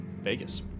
Vegas